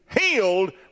healed